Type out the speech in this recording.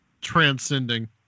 Transcending